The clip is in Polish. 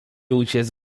uciec